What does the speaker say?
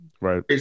right